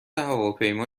هواپیما